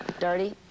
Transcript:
Dirty